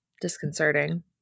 disconcerting